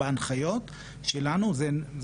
כמובן מעקבים,